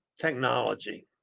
technology